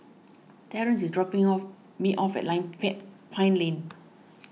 Terance is dropping off me off at line Pine Lane